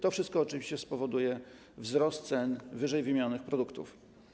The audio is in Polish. To wszystko oczywiście spowoduje wzrost cen ww. produktów.